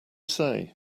say